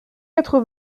quatre